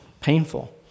painful